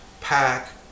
pack